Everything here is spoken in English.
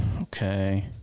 Okay